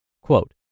quote